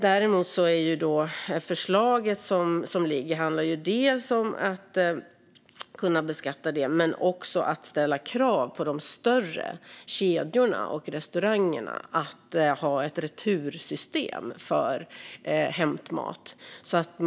Däremot handlar förslaget att kunna beskatta detta också om att ställa krav på de större kedjorna och restaurangerna att ha ett retursystem för hämtmat.